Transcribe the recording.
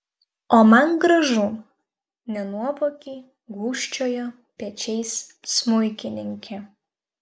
o man gražu nenuovokiai gūžčiojo pečiais smuikininkė